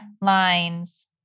lines